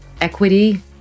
equity